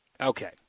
Okay